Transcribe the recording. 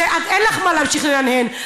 אין לך מה להמשיך להנהן.